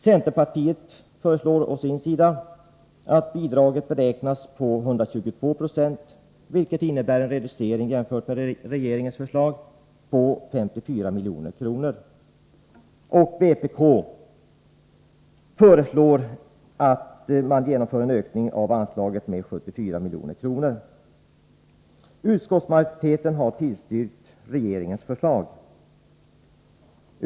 Centerpartiet föreslår å sin sida att bidraget beräknas på 122 20 av lönekostnaderna, vilket innebär en reducering, jämfört med regeringens förslag, på 54 milj.kr. Vpk föreslår att man genomför en ökning av anslaget med 74 milj.kr. Utskottet har tillstyrkt regeringens förslag.